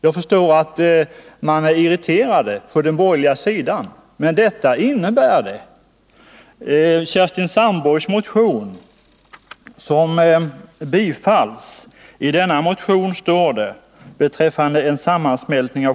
Jag förstår att man är irriterad på den borgerliga sidan, men detta är de faktiska förhållandena.